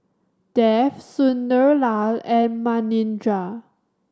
Dev Sunderlal and Manindra